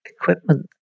equipment